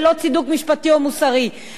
ללא צידוק משפטי או מוסרי.